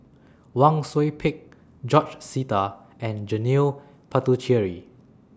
Wang Sui Pick George Sita and Janil Puthucheary